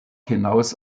hinaus